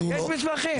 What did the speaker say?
תבקש מסמכים,